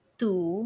two